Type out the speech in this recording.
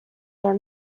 are